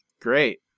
Great